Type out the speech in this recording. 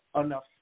enough